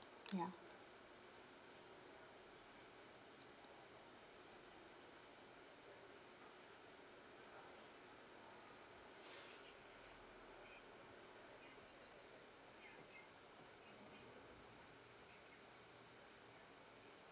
ya